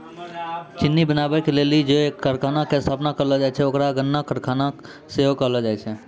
चिन्नी बनाबै के लेली जे कारखाना के स्थापना करलो जाय छै ओकरा गन्ना कारखाना सेहो कहलो जाय छै